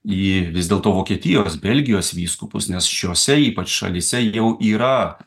į vis dėlto vokietijos belgijos vyskupus nes šiose ypač šalyse jau yra